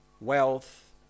wealth